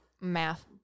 math